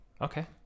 okay